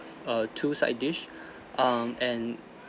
err two side dish um and